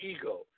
ego